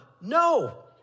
no